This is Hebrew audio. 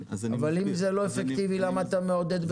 אם זה לא אפקטיבי למה אתה מעודד ברכב חדש?